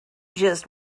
just